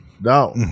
No